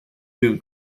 dune